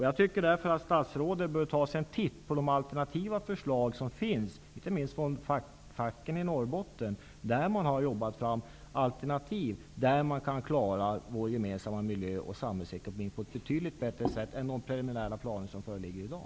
Jag tycker därför att statsrådet bör ta sig en titt på de förslag som finns -- inte minst från facken i Norrbotten -- där man har jobbat fram alternativ som kan klara vår gemensamma miljö och samhällsekonomin på ett betydligt bättre sätt än med de preliminära planer som föreligger i dag.